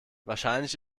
wahrscheinlich